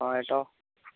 ആ ചേട്ടാ